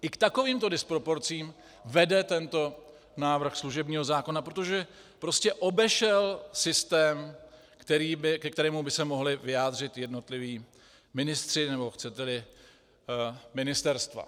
I k takovýmto disproporcím vede tento návrh služebního zákona, protože prostě obešel systém, ke kterému by se mohli vyjádřit jednotliví ministři, nebo chceteli, ministerstva.